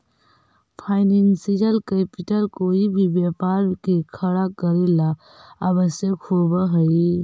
financial capital कोई भी व्यापार के खड़ा करेला ला आवश्यक होवऽ हई